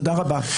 תודה רבה.